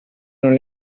non